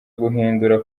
guhindura